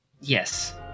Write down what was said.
Yes